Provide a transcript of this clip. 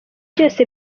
byose